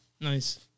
Nice